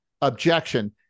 objection